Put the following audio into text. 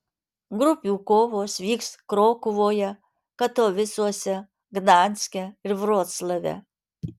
grupių kovos vyks krokuvoje katovicuose gdanske ir vroclave